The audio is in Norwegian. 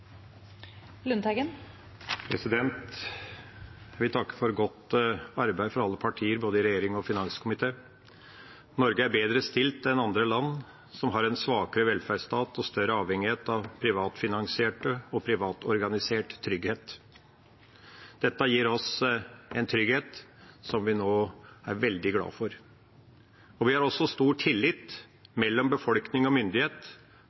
Jeg vil takke for godt arbeid fra alle partier, både i regjeringa og i finanskomiteen. Norge er bedre stilt enn andre land, som har en svakere velferdsstat og større avhengighet av privatfinansiert og privatorganisert trygghet. Dette gir oss en trygghet som vi nå er veldig glad for. Det er også stor tillit mellom befolkning og myndighet,